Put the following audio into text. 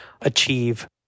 achieve